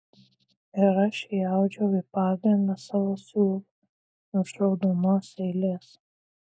ir aš įaudžiau į pagrindą savo siūlą virš raudonos eilės